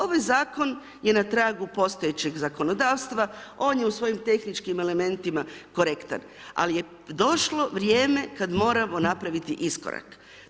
Ovaj Zakon je na tragu postojećeg zakonodavstva, on je u svojim tehničkim elementima korektan, ali je došlo vrijeme kad moramo napraviti iskorak.